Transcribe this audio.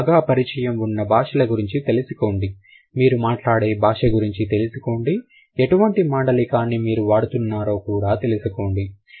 మీకు బాగా పరిచయం ఉన్న భాషల గురించి తెలుసుకోండి మీరు మాట్లాడే భాష గురించి తెలుసుకోండి ఎటువంటి మాండలికాన్ని మీరు వాడుతున్నారు కూడా తెలుసుకోండి